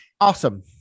Awesome